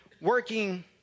working